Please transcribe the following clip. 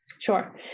Sure